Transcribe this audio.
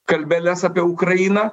kalbeles apie ukrainą